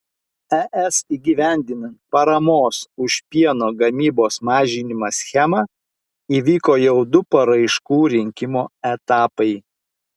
es įgyvendinant paramos už pieno gamybos mažinimą schemą įvyko jau du paraiškų rinkimo etapai